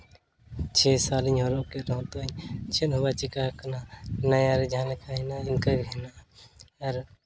ᱪᱷᱚᱭ ᱥᱟᱞ ᱤᱧ ᱦᱚᱨᱚᱜ ᱠᱮᱜ ᱨᱮᱦᱚᱸ ᱛᱟᱹᱧ ᱪᱮᱫ ᱦᱚᱸ ᱵᱟᱭ ᱪᱮᱠᱟ ᱟᱠᱟᱱ ᱱᱟᱣᱟ ᱨᱮ ᱡᱟᱦᱟᱸ ᱞᱮᱠᱟ ᱦᱮᱱᱟᱜᱼᱟ ᱤᱱᱠᱟᱹ ᱜᱮ ᱦᱮᱱᱟᱜᱼᱟ ᱟᱨ